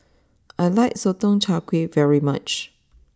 I like Sotong Char Kway very much